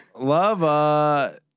love